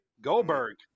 Goldberg